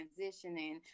transitioning